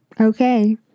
okay